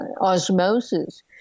osmosis